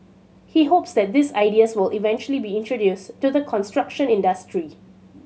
he hopes that these ideas will eventually be introduced to the construction industry